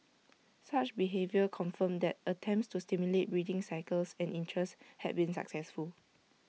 such behaviour confirmed that attempts to stimulate breeding cycles and interest had been successful